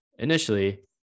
Initially